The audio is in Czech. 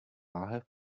láhev